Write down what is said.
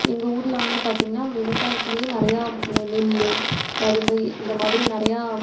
எங்கள் ஊரில் வந்து பார்த்திங்கன்னா விவசாயத்துலேயே நிறையா நெல் கரும்பு இந்த மாதிரி நிறையா